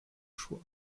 choix